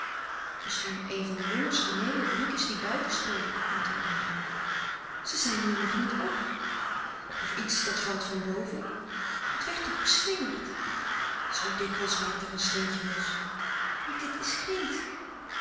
misschien een van de jongens rené louis couperus de stille kracht of ricus die buiten spelen antwoordde hij ze zijn nu nog niet op of iets dat valt van boven het werd toch geslingerd zoo dikwijls raakt er een steentje los maar dit is grint